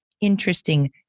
interesting